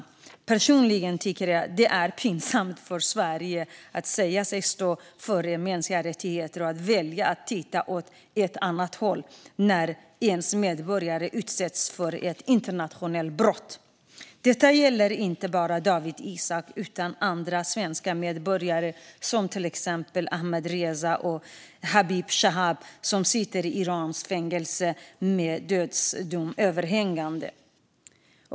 Personligen tycker jag att det är pinsamt för Sverige, som säger sig stå upp för de mänskliga rättigheterna, att man väljer att titta åt ett annat håll när ens medborgare utsätts för ett internationellt brott. Det gäller inte bara Dawit Isaak utan även andra svenska medborgare, till exempel Ahmadreza Djalali och Habib Chaab, som sitter i iranskt fängelse med dödsdomar hängande över sig.